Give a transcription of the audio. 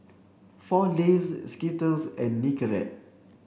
four Leaves Skittles and Nicorette